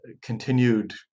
continued